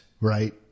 right